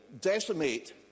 decimate